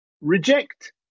reject